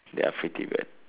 they are pretty bad